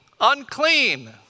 Unclean